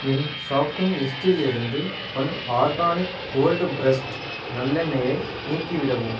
என் shopping லிஸ்டிலிருந்து one organic cold pressed நல்லெண்ணெயை நீக்கிவிடவும்